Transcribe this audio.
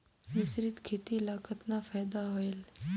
मिश्रीत खेती ल कतना फायदा होयल?